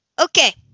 Okay